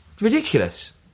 ridiculous